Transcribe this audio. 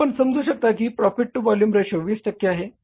तर आपण समजू शकता की प्रॉफिट टू व्हॉल्युम रेशो 20 टक्के आहे